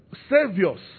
Saviors